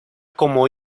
como